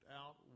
out